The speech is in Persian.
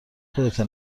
خودته